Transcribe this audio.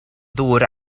ddŵr